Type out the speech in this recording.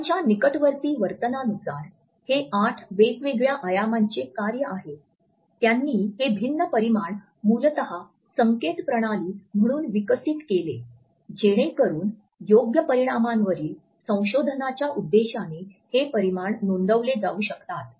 हॉलच्या निकटवर्ती वर्तनानुसार हे आठ वेगवेगळ्या आयामांचे कार्य आहे त्यांनी हे भिन्न परिमाण मूलतः संकेत प्रणाली म्हणून विकसित केले जेणेकरून योग्य परिमाणांवरील संशोधनाच्या उद्देशाने हे परिमाण नोंदवले जाऊ शकतात